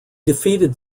defeated